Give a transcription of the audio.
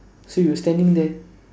so we were standing there